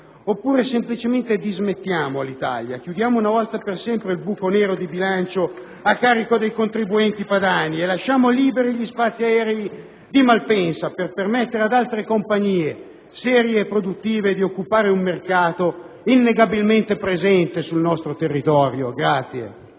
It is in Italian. oppure semplicemente dovremo dismettere Alitalia, chiudere una volta per sempre il buco nero di bilancio *(**Applausi dal Gruppo LNP)* a carico dei contribuenti padani e lasciare liberi gli spazi aerei di Malpensa per permettere ad altre compagnie serie e produttive di occupare un mercato innegabilmente presente sul nostro territorio.